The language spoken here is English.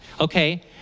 okay